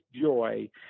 joy